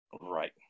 Right